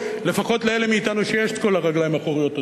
לפחות לאלה מאתנו שיש את כל הרגליים האחוריות,